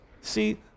See